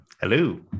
Hello